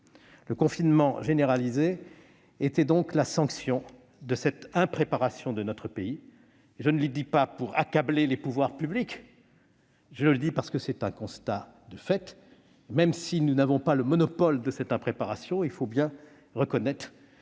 Le confinement généralisé était donc la sanction de cette impréparation de notre pays. Je ne le dis pas pour accabler les pouvoirs publics ; je le dis parce que c'est un constat de fait. Même si nous n'avons pas le monopole de cette impréparation, il faut bien reconnaître